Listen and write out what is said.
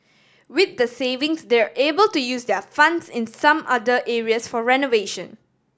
with the savings they're able to use their funds in some other areas for renovation